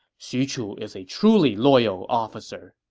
xu chu is a truly loyal officer!